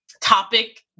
topic